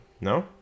No